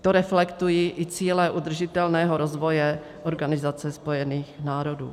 To reflektují i cíle udržitelného rozvoje Organizace spojených národů.